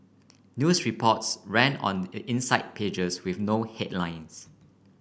news reports ran on the inside pages with no headlines